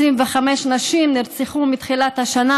25 נשים נרצחו מתחילת השנה.